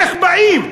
איך באים?